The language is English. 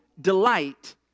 delight